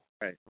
Right